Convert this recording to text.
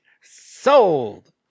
Sold